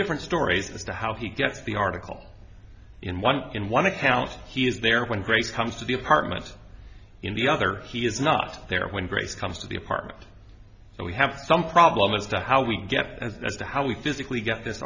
different stories as to how he gets the article in one in one account he is there when grace comes to the apartment in the other he is not there when grace comes to the apartment so we have some problem as to how we get as to how we physically get this